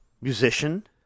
Musician